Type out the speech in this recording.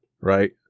right